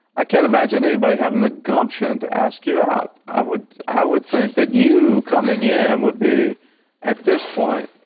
i can't imagine anybody having the gumption to ask you out. i would i would think that you coming in and would be at this point